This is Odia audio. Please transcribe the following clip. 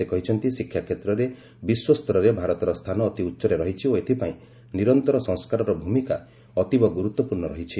ସେ କହିଛନ୍ତି ଶିକ୍ଷା କ୍ଷେତ୍ରରେ ବିଶ୍ୱସ୍ତରରେ ଭାରତର ସ୍ଥାନ ଅତି ଉଚ୍ଚରେ ରହିଛି ଓ ଏଥିପାଇଁ ନିରନ୍ତର ସଂସ୍କାରର ଭୂମିକା ଅତୀବ ଗୁରୁତ୍ୱପୂର୍ଷ୍ଣ ରହିଛି